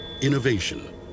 Innovation